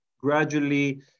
gradually